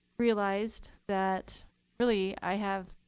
realized that really i have